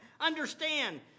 understand